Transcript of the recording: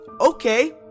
Okay